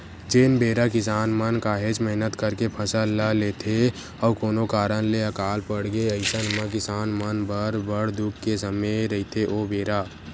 जेन बेरा किसान मन काहेच मेहनत करके फसल ल लेथे अउ कोनो कारन ले अकाल पड़गे अइसन म किसान मन बर बड़ दुख के समे रहिथे ओ बेरा